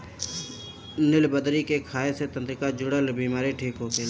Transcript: निलबदरी के खाए से तंत्रिका से जुड़ल बीमारी ठीक होखेला